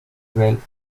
bell